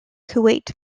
kuwait